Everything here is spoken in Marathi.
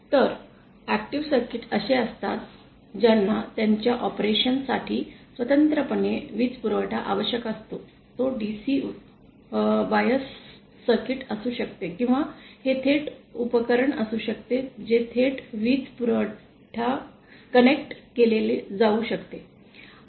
तर ऐक्टिव सर्किट असे असतात ज्यांना त्यांच्या ऑपरेशन साठी स्वतंत्रपणे वीजपुरवठा आवश्यक असतो तो DC बायस सर्किट असू शकतो किंवा हे थेट उपकरण असू शकते जे थेट वीज पुरवठ्याशी कनेक्ट केले जाऊ शकते